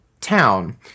town